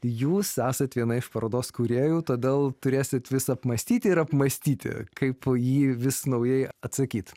jūs esate viena iš parodos kūrėjų todėl turėsite vis apmąstyti ir apmąstyti kaip jį vis naujai atsakyti